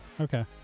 Okay